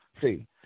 See